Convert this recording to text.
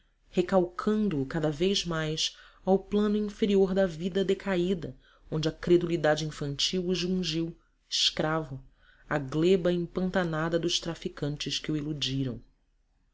recalcando o cada vez mais ao plano inferior da vida decaída onde a credulidade infantil o jungiu escravo à gleba empantanada dos traficantes que o iludiram